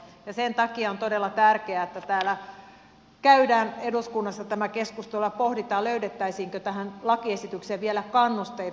ja sen takia on todella tärkeää että täällä eduskunnassa käydään tämä keskustelu ja pohditaan löydettäisiinkö tähän lakiesitykseen vielä kannusteita